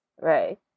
Right